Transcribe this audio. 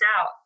out